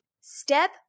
Step